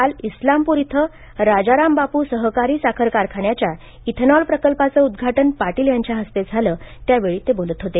काल इस्लामपूर इथे राजाराम बापू सहकारी साखर कारखान्याच्या इथेनॉल प्रकल्पाचं उद्घाटन पाटील यांच्याहस्ते झालं त्यावेळी ते बोलत होते